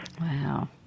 Wow